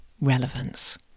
relevance